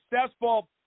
successful